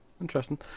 Interesting